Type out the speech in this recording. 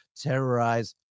terrorize